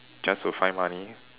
just to find money